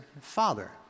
father